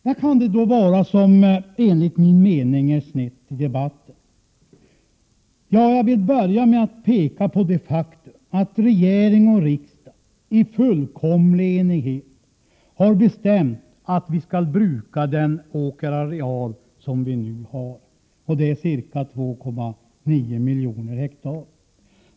Vad kan det då vara som enligt min mening är snett i debatten? Jag vill först och främst peka på det faktum att regering och riksdag, i fullkomlig enighet, har bestämt att vi skall bruka den åkerareal som vi nu har, ca 2,9 milj. hektar.